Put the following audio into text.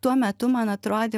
tuo metu man atrodė